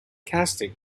casting